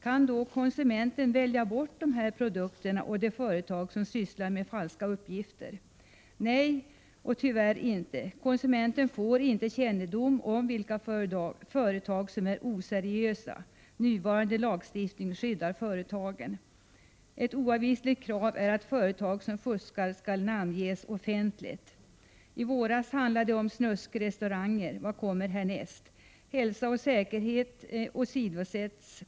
Kan då konsumenten välja bort dessa produkter och de företag som sysslar med falska uppgifter? Nej, tyvärr inte. Konsumenten får inte kännedom om vilka företag som är oseriösa. Nuvarande lagstiftning skyddar företagen. Ett oavvisligt krav är att företag som fuskar skall namnges offentligt. I våras handlade det om ”snuskrestauranger”. Vad kommer härnäst? Hälsa och säkerhet åsidosätts.